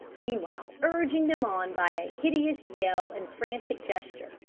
meanwhile, urging them on by hideous yell and frantic gesture.